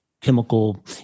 chemical